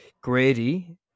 Grady